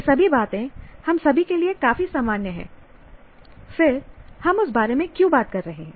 ये सभी बातें हम सभी के लिए काफी सामान्य हैं फिर हम उस बारे में क्यों बात कर रहे हैं